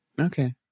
Okay